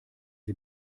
sie